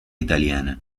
italiana